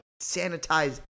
sanitize